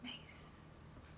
Nice